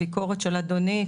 הביקורת של אדוני,